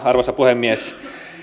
arvoisa puhemies